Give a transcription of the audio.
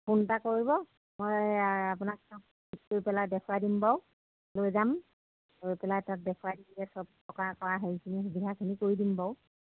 phone এটা কৰিব মই আপোনাক পেলাই দেখুৱাই দিম বাৰু লৈ যাম লৈ পেলাই তাত দেখুৱাই দিমগৈ চব থকা কৰা সেইখিনি সুবিধাখিনি কৰি দিম বাৰু